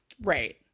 Right